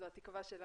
זו התקווה שלנו